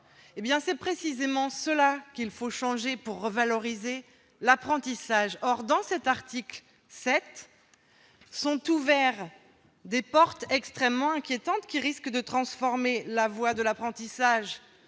c'est précisément cela qu'il faut changer pour revaloriser l'apprentissage. Or, dans l'article 7, sont ouvertes des portes extrêmement inquiétantes ; cet article risque de faire de la voie de l'apprentissage